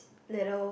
little